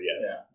yes